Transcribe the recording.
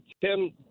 Tim